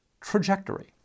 trajectory